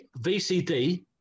VCD